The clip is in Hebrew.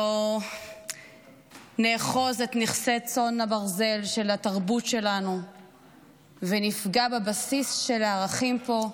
לא נאחז בנכסי צאן ברזל של התרבות שלנו ונפגע בבסיס של הערכים פה,